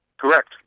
Correct